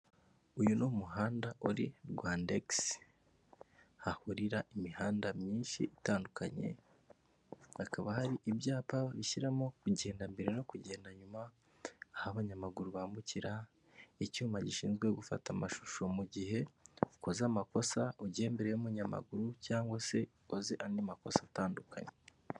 Uyu ni umuhanda uri Rwandex, hahurira imihanda myinshi itandukanye, hakaba hari ibyapa bishyiramo kugenda mbere no kugenda nyuma, aho abanyamaguru bambukira, icyuma gishinzwe gufata amashusho mugihe ukoze amakosa, ugiye mbere y'umunyamaguru, cyangwa se ukoze andi makosa atandukanye.